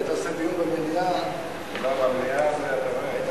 היית עושה דיון במליאה, לא, במליאה אתה רואה.